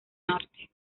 norte